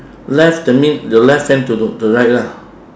left that mean the left hand to the right lah